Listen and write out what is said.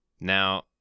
Now